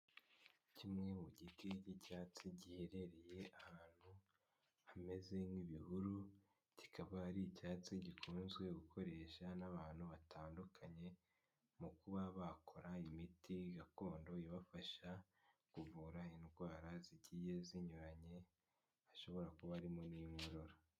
Kimwe mu giti cy'icyatsi giherereye ahantu hameze nk'ibihuru kikaba ari icyatsi gikunzwe gukoresha n'abantu batandukanye mu kuba bakora imiti gakondo ibafasha kuvura indwara zigiye zinyuranye hashobora kuba harimo n'inkorora.